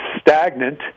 stagnant